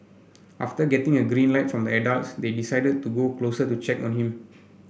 after getting a green light from the adults they decided to go closer to check on him